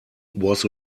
was